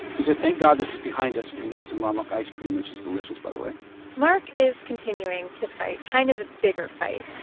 we said, thank god this is behind us, and we made some raw milk ice cream, which is delicious, by the way mark is continuing to fight kind of the bigger fight.